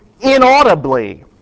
inaudibly